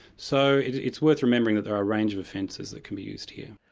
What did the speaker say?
so it's worth remembering that there are a range of offences that can be used here.